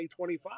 2025